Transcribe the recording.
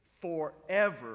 forever